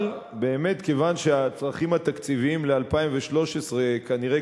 אבל באמת כיוון שהצרכים התקציביים ל-2013 כנראה